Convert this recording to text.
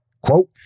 Quote